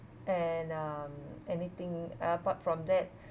and uh anything apart from that